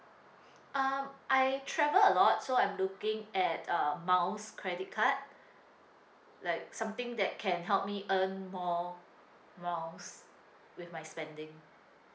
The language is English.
um I travel a lot so I'm looking at uh miles credit card like something that can help me earn more miles with my spending